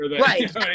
right